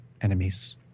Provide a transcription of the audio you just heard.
enemies